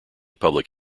public